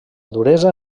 duresa